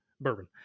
bourbon